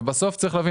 ובסוף צריך להבין,